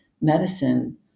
medicine